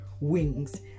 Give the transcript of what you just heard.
wings